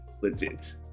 legit